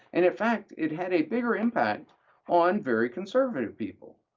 and in fact, it had a bigger impact on very conservative people,